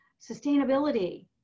sustainability